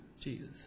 Jesus